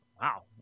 Wow